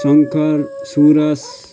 Shankar Suraj